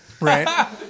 right